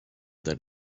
that